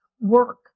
work